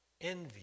envy